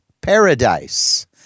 paradise